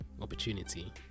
opportunity